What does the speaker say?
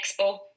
Expo